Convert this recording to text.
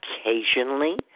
occasionally